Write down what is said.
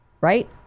right